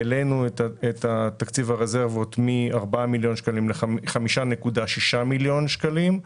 העלינו את תקציב הרזרבות מ-4 מיליון שקלים ל-5.6 מיליון שקלים.